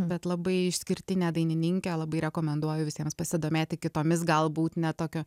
bet labai išskirtinė dainininkė labai rekomenduoju visiems pasidomėti kitomis galbūt ne tokio